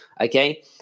Okay